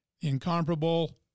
incomparable